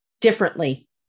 differently